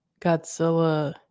Godzilla